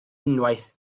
unwaith